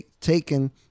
taken